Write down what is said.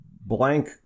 blank